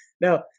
now